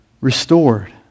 restored